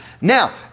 Now